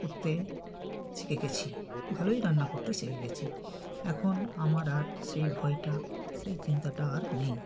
করতে শিখে গেছি ভালোই রান্না করতে শিখে গেছি এখন আমার সেই ভয়টা সেই চিন্তাটা আর নেই